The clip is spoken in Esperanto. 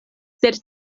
sed